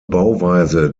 bauweise